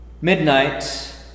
midnight